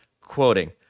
quoting